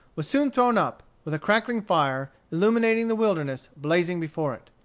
was soon thrown up, with a crackling fire, illuminating the wilderness, blazing before it.